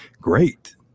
great